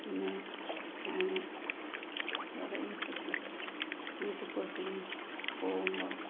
പിന്നെ ഞാൻ കുറേ ദിവസത്തേക്ക് വീട്ടിലേക്കോ എവിടേക്കെങ്കിലും പോവുമ്പോൾ